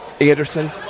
Anderson